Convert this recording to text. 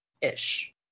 Ish